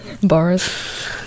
Boris